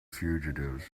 fugitives